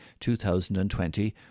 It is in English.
2020